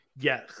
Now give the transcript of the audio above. yes